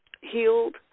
healed